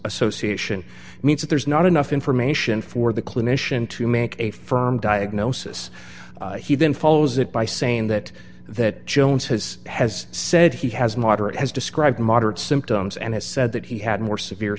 association means that there's not enough information for the clinician to make a firm diagnosis he then follows it by saying that that jones has has said he has moderate has described moderate symptoms and has said that he had more severe